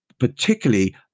particularly